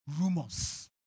rumors